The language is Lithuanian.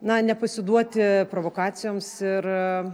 na nepasiduoti provokacijoms ir